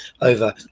over